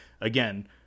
again